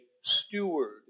steward